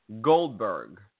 Goldberg